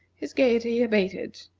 his gayety abated.